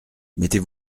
mettez